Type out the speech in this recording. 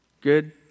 Good